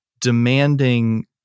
demanding